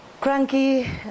cranky